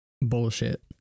bullshit